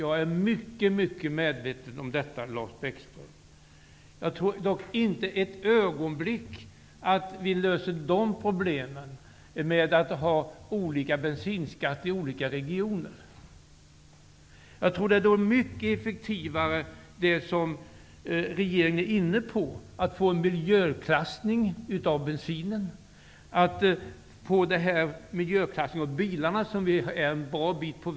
Jag är mycket medveten om detta, Lars Bäckström. Jag tror dock inte ett ögonblick att vi löser dessa problem med att införa olika bensinskatter i olika regioner. Det som regeringen är inne på är mycket effektivare, att införa en miljöklassning av bensinen och av bilarna.